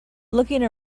looking